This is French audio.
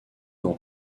dans